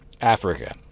Africa